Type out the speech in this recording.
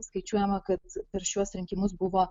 skaičiuojama kad per šiuos rinkimus buvo